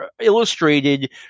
Illustrated